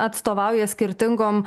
atstovauja skirtingom